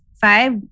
five